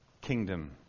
kingdom